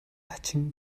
хачин